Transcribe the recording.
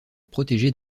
protéger